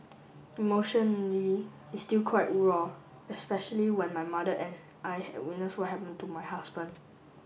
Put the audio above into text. emotionally it's still quite raw especially when my mother and I had witnessed what happened to my husband